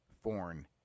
foreign